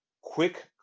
quick